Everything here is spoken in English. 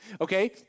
Okay